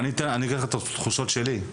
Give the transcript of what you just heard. אספר על התחושות שלי,